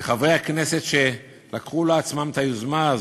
לחברי הכנסת שלקחו על עצמם את היוזמה הזאת,